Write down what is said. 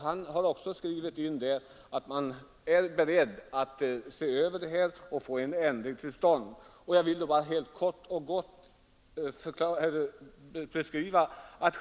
Han har skrivit in där att man är beredd att se över bestämmelserna och få en ändring till stånd.